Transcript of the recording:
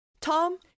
Tom